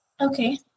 Okay